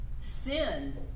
sin